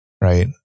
right